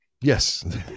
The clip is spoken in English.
yes